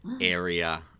area